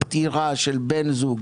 פטירה של בן זוג,